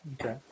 Okay